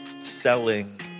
selling